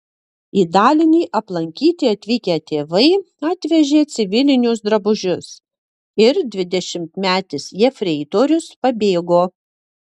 į dalinį aplankyti atvykę tėvai atvežė civilinius drabužius ir dvidešimtmetis jefreitorius pabėgo